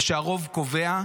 וכש"הרוב קובע",